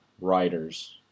writers